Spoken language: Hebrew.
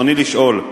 רצוני לשאול: